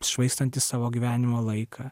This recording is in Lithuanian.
švaistantis savo gyvenimo laiką